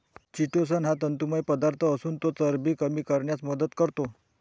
chitosan हा तंतुमय पदार्थ असून तो चरबी कमी करण्यास मदत करतो